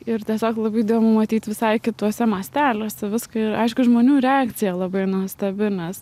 ir tiesiog labai įdomu matyt visai kituose mąsteliuose viską ir aišku žmonių reakcija labai nuostabi nes